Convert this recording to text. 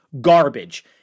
Garbage